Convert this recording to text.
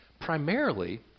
Primarily